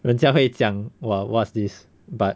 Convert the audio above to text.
人家会讲 !wah! what's this but